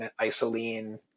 isoline